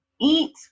Eat